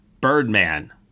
Birdman